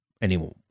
anymore